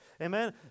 Amen